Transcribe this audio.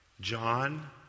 John